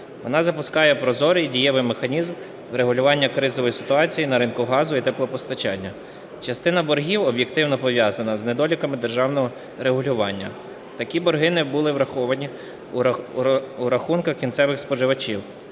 Вона запускає прозорий і дієвий механізм врегулювання кризової ситуації на ринку газу і теплопостачання. Частина боргів об'єктивно пов'язана з недоліками державного регулювання, такі борги не були враховані у рахунках кінцевих споживачів